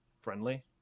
friendly